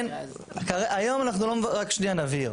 רק נבהיר,